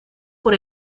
por